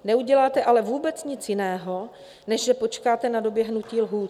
Neuděláte ale vůbec nic jiného, než že počkáte na doběhnutí lhůt.